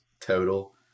total